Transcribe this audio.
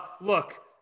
Look